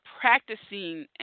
practicing